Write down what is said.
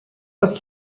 است